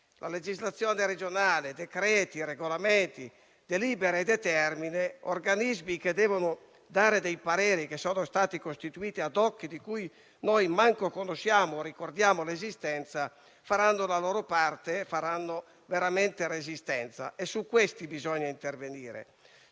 e quella regionale, i decreti, i regolamenti, le delibere e le determine, gli organismi che devono dare dei pareri, che sono stati costituiti *ad hoc* e di cui neanche conosciamo o ricordiamo l'esistenza, faranno la loro parte e faranno veramente resistenza. È su questo che bisogna intervenire.